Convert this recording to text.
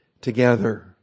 together